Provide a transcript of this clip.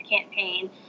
campaign